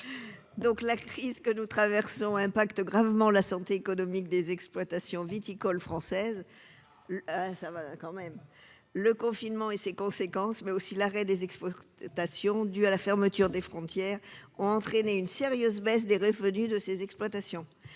. La crise que nous traversons impacte gravement la santé économique des exploitations viticoles françaises. Le confinement et ses conséquences, mais aussi l'arrêt des exportations dû à la fermeture des frontières ont entraîné une sérieuse baisse des revenus de ces exploitations.